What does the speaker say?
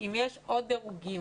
אם יש עוד דירוגים,